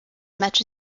much